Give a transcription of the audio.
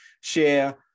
share